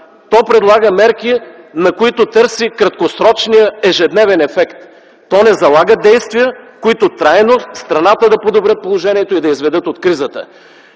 То предлага мерки, на които търси краткосрочния ежедневен ефект. То не залага действия, които трайно да подобрят положението в страната и да я изведат от кризата.